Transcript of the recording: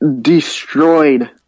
destroyed